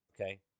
okay